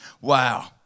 Wow